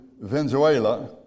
Venezuela